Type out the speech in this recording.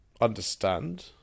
understand